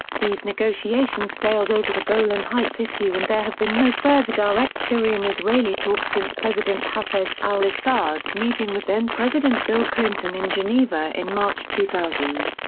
these negotiations failed over the golan heights issue and there have been no further direct syrian-israeli talks since president hafez al-assad's meeting with then president bill clinton in geneva in march two thousand.